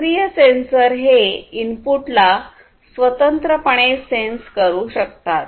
सक्रिय सेन्सर हे इनपुटला स्वतंत्रपणे सेन्स करू शकतात